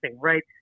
right